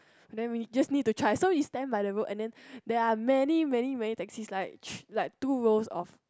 then we just need to try so we stand by the road and then there are many many many taxis like like two rows of